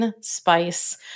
spice